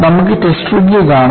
നമുക്ക് test rig കാണാം